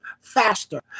faster